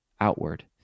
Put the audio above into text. outward